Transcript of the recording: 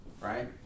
right